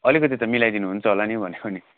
अलिकति त मिलाइदिनु हुन्छ होला नि भनेको नि